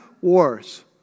Wars